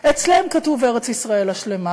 אצלם כתוב "ארץ-ישראל השלמה".